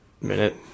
minute